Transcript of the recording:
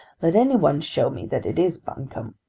let any one show me that it is buncombe.